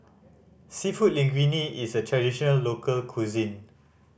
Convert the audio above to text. Seafood Linguine is a traditional local cuisine